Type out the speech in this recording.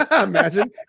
Imagine